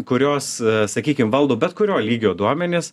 kurios sakykim valdo bet kurio lygio duomenis